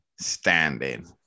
standing